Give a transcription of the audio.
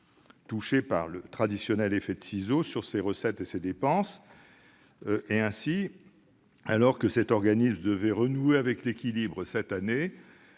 touchée par le traditionnel effet de ciseaux sur ses recettes et ses dépenses en cas de crise économique. Ainsi, alors que cet organisme devait renouer avec l'équilibre cette année,